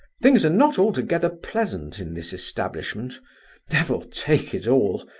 things are not altogether pleasant in this establishment devil take it all!